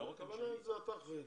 אתה אחראי.